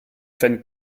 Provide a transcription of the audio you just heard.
fan